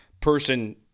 person